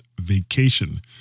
Vacation